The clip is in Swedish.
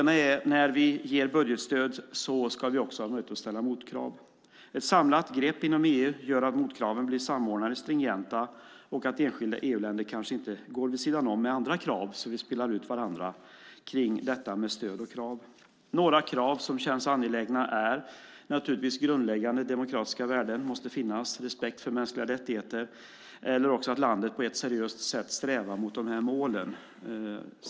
När vi ger budgetstöd ska vi också ha möjlighet att ställa motkrav. Ett samlat grepp inom EU gör att motkraven blir samordnade och stringenta och att enskilda EU-länder kanske inte går vid sidan om med andra krav, så att vi spelar ut varandra kring detta med stöd och krav. Några krav som känns angelägna är naturligtvis grundläggande demokratiska värden, som måste finnas, och respekt för mänskliga rättigheter eller också att landet på ett seriöst sätt strävar mot de målen.